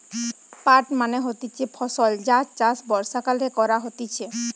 পাট মানে হতিছে ফসল যার চাষ বর্ষাকালে করা হতিছে